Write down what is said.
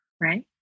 right